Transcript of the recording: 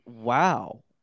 Wow